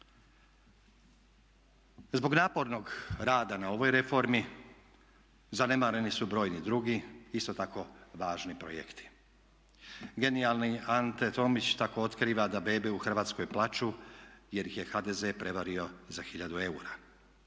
Zbog napornog rada na ovoj reformi zanemareni su brojni drugi isto tako važni projekti. Genijalni Ante Tomić tako otkriva da bebe u Hrvatskoj plaču jer ih je HDZ prevario za 1000 eura.